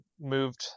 moved –